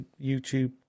YouTube